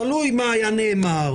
תלוי מה היה נאמר,